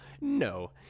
No